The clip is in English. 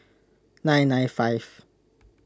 nine nine five